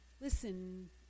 Listen